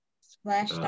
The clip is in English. Splash